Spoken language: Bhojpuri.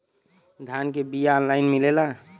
धान के बिया ऑनलाइन मिलेला?